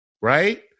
right